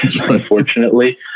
unfortunately